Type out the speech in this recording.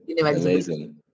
amazing